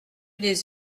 des